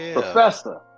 Professor